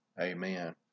amen